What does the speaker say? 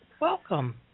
Welcome